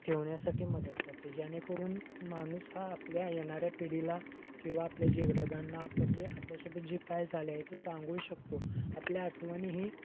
ठेवण्यासाठी मदत करते जेणेकरून माणूस हा आपल्या येणाऱ्या पिढीला किंवा आपल्या जिवलगांना आपली आपल्यासोबत जे काय झाले आहे ते सांगू शकतो आपल्या आठवणी ही